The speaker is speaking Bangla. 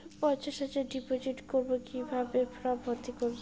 পঞ্চাশ হাজার ডিপোজিট করবো কিভাবে ফর্ম ভর্তি করবো?